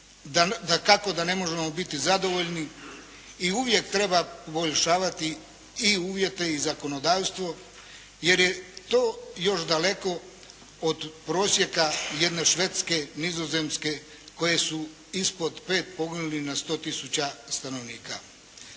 Dakako da ne možemo biti zadovoljni i uvijek treba poboljšavati i uvjete i zakonodavstvo, jer je to još daleko od prosjeka jedne Švedske, Nizozemske koje su ispod 5 poginulih na 100000 stanovnika.